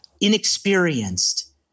inexperienced